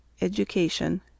Education